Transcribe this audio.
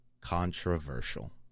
controversial